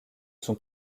son